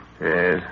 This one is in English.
Yes